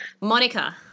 Monica